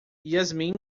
yasmin